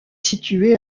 situé